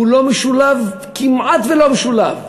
והוא לא משולב, כמעט לא משולב.